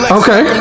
okay